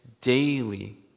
daily